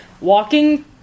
walking